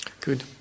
Good